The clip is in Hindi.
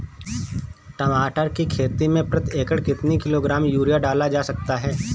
टमाटर की खेती में प्रति एकड़ कितनी किलो ग्राम यूरिया डाला जा सकता है?